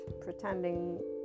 pretending